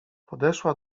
podeszła